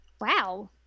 wow